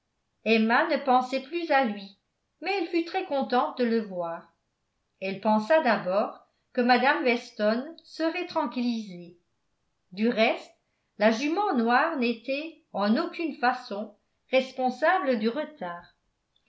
emma ne pensait plus à lui mais elle fut très contente de le voir elle pensa d'abord que mme weston serait tranquillisée du reste la jument noire n'était en aucune façon responsable du retard